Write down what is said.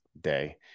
day